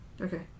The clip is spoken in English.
Okay